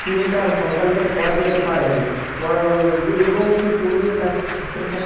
তিনি তার সন্তানদের পড়াতে দিতে পারেন এবং সে পড়িয়ে তার